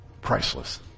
priceless